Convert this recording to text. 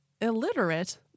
illiterate